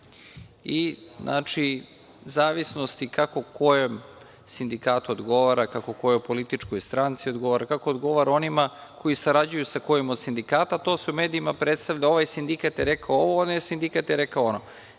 I, znači, u zavisnosti kako kojem sindikatu odgovara, kako kojoj političkoj stranci odgovara, kako odgovara onima koji sarađuju sa kojim od sindikata, to se u medijima predstavalja ovaj sindikat jer rekao ovo, ovaj sindikat je rekao ono.